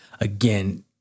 again